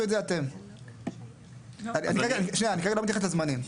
את זה אתם.״ אני כרגע לא מתייחס לזמנים.